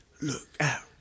lookout